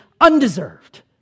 undeserved